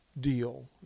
deal